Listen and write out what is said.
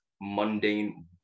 mundane